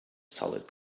solid